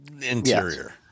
interior